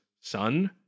son